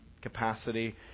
capacity